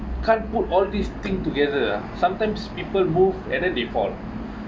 can't put all these thing together ah sometimes people move and then they fall